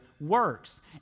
works